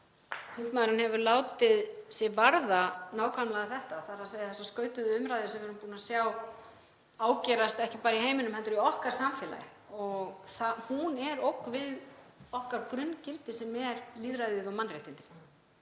Þingmaðurinn hefur látið sig varða nákvæmlega þetta, þ.e. þessa skautuðu umræðu sem við erum búin að sjá ágerast, ekki bara í heiminum heldur í okkar samfélagi. Hún er ógn við okkar grunngildi sem eru lýðræðið og mannréttindin.